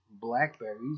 blackberries